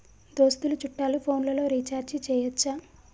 దోస్తులు చుట్టాలు ఫోన్లలో రీఛార్జి చేయచ్చా?